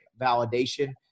validation